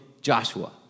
Joshua